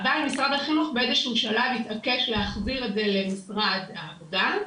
עדיין משרד החינוך באיזשהו שלב התעקש להחזיר את זה למשרד העבודה,